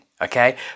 okay